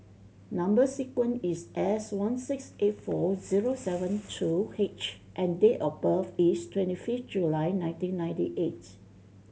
number sequence is S one six eight four zero seven two H and date of birth is twenty fifth July nineteen ninety eighth